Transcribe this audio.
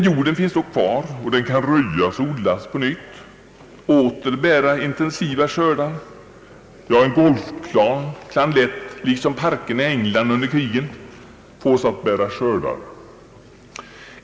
Jorden finns emellertid kvar, den kan röjas och odlas upp på nytt samt åter bära intensiva skördar. Ja, en golfplan kan lätt liksom parkerna i England under krigen, fås att bära skördar.